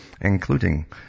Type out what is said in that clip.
including